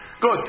Good